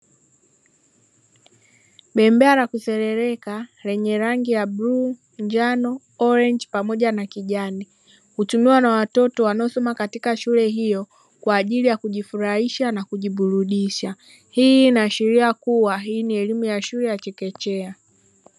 Bembea la kuserereka lenye rangi ya bluu, njano, "orange" (chungwa), pamoja na kijani hutumiwa na watoto wanaosoma katika shule hiyo kwa ajili ya kujifurahisha na kujiburudisha, hii inaashiria kuwa hii ni elimu ya shule ya chekechea.